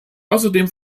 außerdem